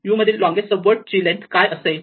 U मधील longest common sub word ची length काय असेल